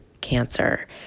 cancer